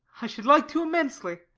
i should like to immensely.